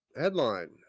Headline